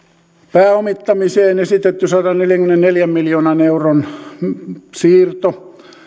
pääomittamiseen esitetty sadanneljänkymmenenneljän miljoonan euron siirto